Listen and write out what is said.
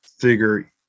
figure